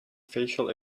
facial